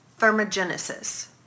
thermogenesis